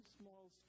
small